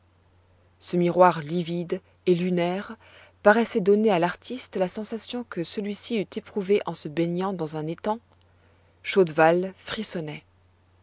ce miroir livide et lunaire paraissait donner à l'artiste la sensation que celui-ci eût éprouvée en se baignant dans un étang chauvdal frissonnait